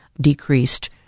decreased